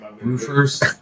Roofers